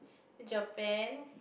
Japan